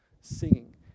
singing